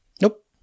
Nope